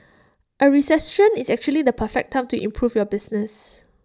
A recession is actually the perfect time to improve your business